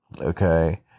okay